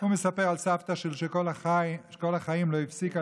הוא מספר על סבתא שכל החיים לא הפסיקה